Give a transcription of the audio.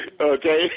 okay